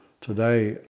today